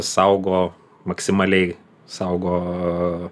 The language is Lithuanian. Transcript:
saugo maksimaliai saugo